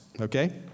okay